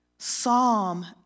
Psalm